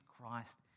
Christ